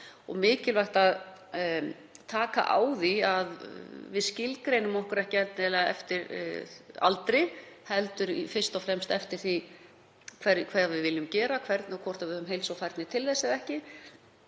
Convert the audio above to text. og mikilvægt að taka á því að við skilgreinum okkur ekki endilega eftir aldri, heldur fyrst og fremst eftir því hvað við viljum gera og hvort við höfum heilsu og færni til þess eða ekki.